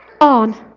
on